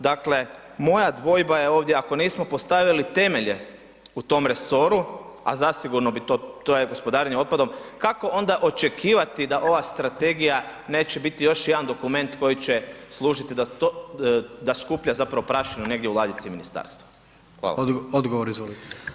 Dakle, moja dvojba je ovdje ako nismo postavili temelje u tom resoru, a zasigurno bi to, to je gospodarenje otpadom, kako onda očekivati da ova strategija neće biti još jedan dokument koji će služiti da to, da skuplja zapravo prašinu negdje u ladici ministarstva?